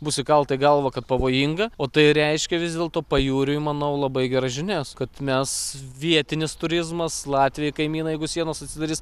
bus įkalta į galvą kad pavojinga o tai reiškia vis dėlto pajūriui manau labai geras žinias kad mes vietinis turizmas latviai kaimynai jeigu sienos atsidarys